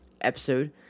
episode